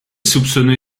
soupçonné